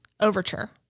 Overture